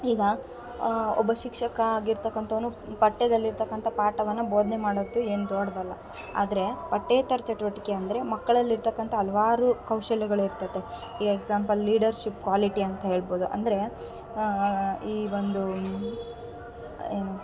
ಈಗ ಒಬ್ಬ ಶಿಕ್ಷಕ ಆಗಿರ್ತಕ್ಕಂಥವ್ನು ಪಠ್ಯೇದಲ್ಲಿರ್ತಕ್ಕಂಥ ಪಾಠವನ್ನ ಬೋಧ್ನೆ ಮಾಡೋದು ಏನು ದೊಡ್ದು ಅಲ್ಲ ಆದರೆ ಪಠ್ಯೇತರ ಚಟುವಟಿಕೆ ಅಂದರೆ ಮಕ್ಳಲ್ಲಿರ್ತಕ್ಕಂಥ ಹಲ್ವಾರು ಕೌಶಲ್ಯಗಳು ಇರ್ತೈತೆ ಈಗ ಎಕ್ಸಾಮ್ಪಲ್ ಲೀಡರ್ಷಿಪ್ ಕ್ವಾಲಿಟಿ ಅಂತೇಳ್ಬೌದು ಅಂದರೆ ಈ ಒಂದು ಏನು